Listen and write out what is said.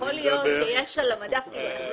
יכול להיות שיש על המדף כמה פתרונות.